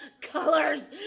colors